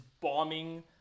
bombing